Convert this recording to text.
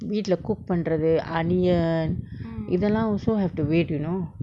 வீட்ல:veetla cook பண்றது:panrathu onion இதெல்லாம்:idellam also have to wait you know